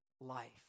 life